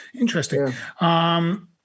Interesting